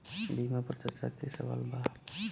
बीमा पर चर्चा के सवाल बा?